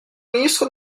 ministres